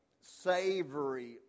savory